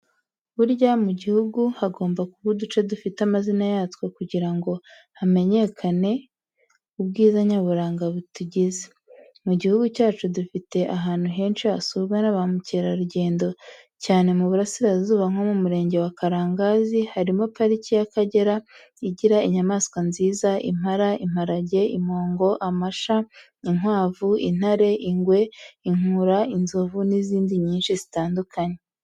Burya mu gihugu hagomba kuba uduce dufite amazina yatwo kugira ngo hamenyekane ubwiza nyaburanga bitugize. Mu gihugu cyacu dufite ahantu henshi hasurwa n'abamukerarugendo cyane mu burasirazuba nko mu murenge wa Karangazi harimo pariki y'Akagera igira inyamaswa nziza impara, imparage, impongo, amasha, inkwavu, intare, ingwe, inkura, inzovu, n'izindi nyinshi zitandukanye.